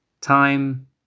Time